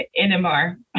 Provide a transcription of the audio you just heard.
NMR